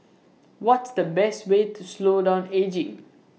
what's the best way to slow down ageing